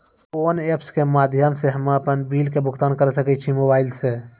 कोना ऐप्स के माध्यम से हम्मे अपन बिल के भुगतान करऽ सके छी मोबाइल से?